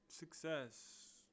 success